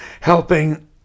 helping